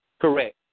Correct